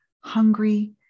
hungry